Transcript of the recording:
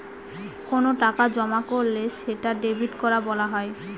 কোনো টাকা জমা করলে সেটা ডেবিট করা বলা হয়